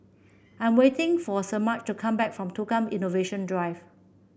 I'm waiting for Semaj to come back from Tukang Innovation Drive